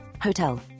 hotel